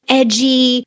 edgy